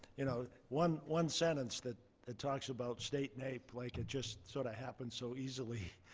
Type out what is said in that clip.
you know one one sentence that talks about state naep like it just sort of happened so easily,